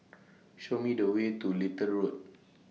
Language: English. Show Me The Way to Little Road